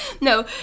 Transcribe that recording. No